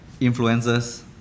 influencers